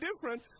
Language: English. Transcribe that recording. different